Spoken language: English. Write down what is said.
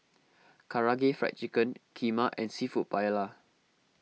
Karaage Fried Chicken Kheema and Seafood Paella